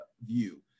view